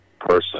person